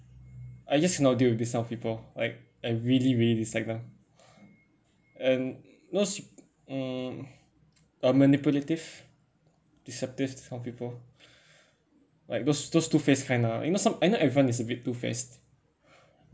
I just cannot deal with this kind of people like I really really dislike them and those um uh manipulative deceptive kind of people like those those two face kind lah you know some I know everyone is a bit two faced